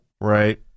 Right